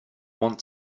want